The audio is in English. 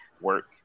work